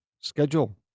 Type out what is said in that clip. Schedule